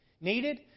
needed